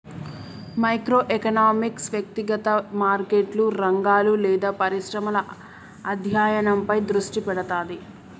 micro economics వ్యక్తిగత మార్కెట్లు, రంగాలు లేదా పరిశ్రమల అధ్యయనంపై దృష్టి పెడతది